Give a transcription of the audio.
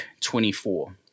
24